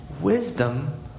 Wisdom